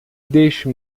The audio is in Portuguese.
deixe